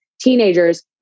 teenagers